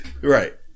Right